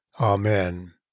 Amen